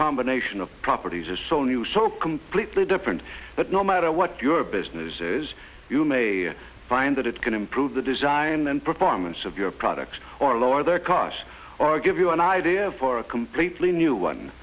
combination of properties are so new so completely different but no matter what your business is you may find that it can improve the design and performance of your product or lower their costs or give you an idea for a completely new one